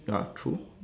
ya true